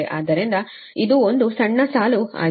ಆದ್ದರಿಂದ ಇದು ಒಂದು ಸಣ್ಣ ಸಾಲು ಆಗಿದೆ